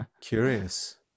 curious